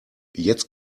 jetzt